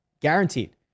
guaranteed